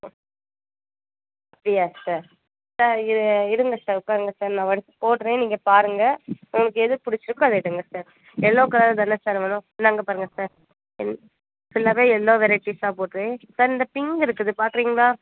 அப்படியா sir sir இரு இருங்க சார் உட்காருங்க சார் நான் ஒன்ஸ் போடுறேன் நீங்கள் பாருங்க உங்களுக்கு எது பிடிச்சிருக்கோ அதை எடுங்க சார் எல்லோ கலர் தானே சார் வேணும் இந்தாங்க பாருங்க சார் ஃபுல்லாகவே எல்லோ வெரைட்டிஸாக போடுறேன் சார் இந்த பிங்க் இருக்குது பார்க்குறீங்களா